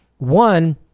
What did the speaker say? One